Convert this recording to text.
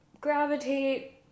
gravitate